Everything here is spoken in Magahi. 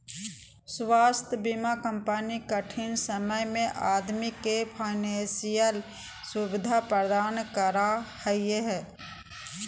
स्वास्थ्य बीमा कंपनी कठिन समय में आदमी के फाइनेंशियल सुविधा प्रदान करा हइ